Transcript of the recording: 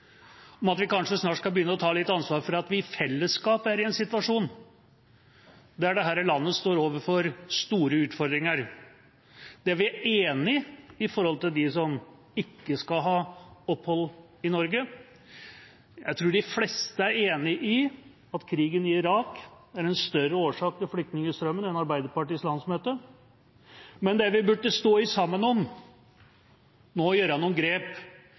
om at vi kanskje snart skal begynne å ta litt ansvar for at vi i fellesskap er i en situasjon der dette landet står overfor store utfordringer. Vi er enige når det gjelder dem som ikke skal ha opphold i Norge. Jeg tror de fleste er enig i at krigen i Irak er en større årsak til flyktningstrømmen enn Arbeiderpartiets landsmøte. Det vi burde stå sammen om, er å ta noen grep